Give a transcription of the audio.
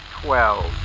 Twelve